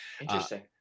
Interesting